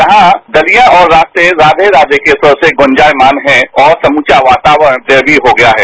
यहां गलियां और रास्ते राधे राधे के स्वर से गूंजायमान हैं और समूचा वातावरण दैवीय हो गया है